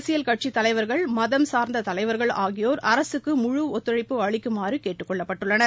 அரசியல் கட்சித் தலைவர்கள் மதம் சார்ந்த தலைவர்கள் ஆகியோர் அரசுக்கு முழு ஒத்தழைப்பு அளிக்குமாறு கேட்டுக் கொள்ளப்பட்டுள்ளனர்